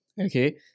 Okay